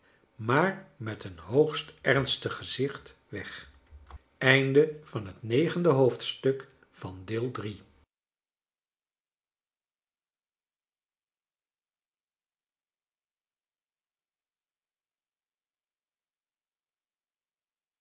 maar met een hoogst ernstig gezicht weg